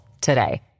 today